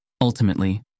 Ultimately